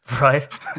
right